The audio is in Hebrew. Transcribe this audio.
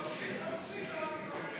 הכנסת חיים ילין לאחרי